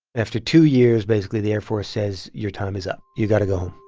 after two years, basically, the air force says, your time is up. you got to go home